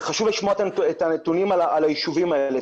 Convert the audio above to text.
וחשוב לשמוע את הנתונים על הישובים האלה,